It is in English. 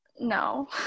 no